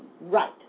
Right